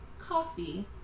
coffee